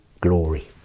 glory